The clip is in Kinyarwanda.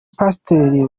pasteri